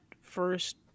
first